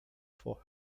vor